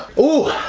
oh